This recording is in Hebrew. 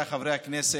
הכנסת,